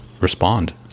respond